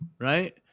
Right